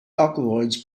alkaloids